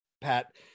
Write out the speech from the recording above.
Pat